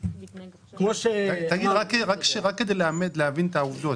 רק כדי להבין את העובדות.